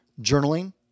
journaling